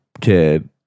kid